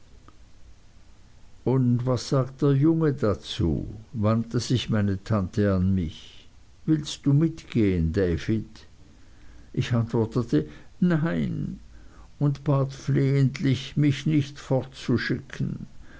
und was sagt der junge dazu wandte sich meine tante an mich willst du mitgehen david ich antwortete nein und bat flehentlich mich nicht